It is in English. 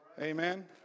Amen